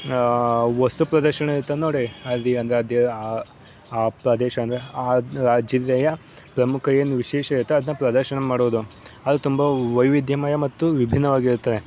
ವಸ್ತು ಪ್ರದರ್ಶನ ಇರ್ತದೆ ನೋಡಿ ಅಲ್ಲಿ ಅಂದರದೇ ಆ ಆ ಪ್ರದೇಶ ಅಂದರೆ ಆದ ಆ ಜಿಲ್ಲೆಯ ಪ್ರಮುಖ ಏನು ವಿಶೇಷ ಇರುತ್ತೋ ಅದನ್ನ ಪ್ರದರ್ಶನ ಮಾಡೋದು ಅದು ತುಂಬ ವೈವಿಧ್ಯಮಯ ಮತ್ತು ವಿಭಿನ್ನವಾಗಿರುತ್ತೆ